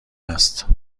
است